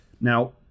Now